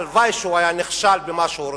הלוואי שהוא היה נכשל במה שהוא רוצה,